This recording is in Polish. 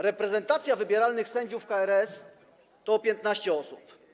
Reprezentacja wybieralnych sędziów KRS to 15 osób.